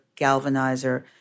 galvanizer